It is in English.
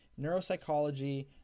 neuropsychology